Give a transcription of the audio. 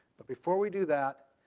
but before we do that,